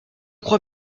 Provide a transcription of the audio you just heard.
crois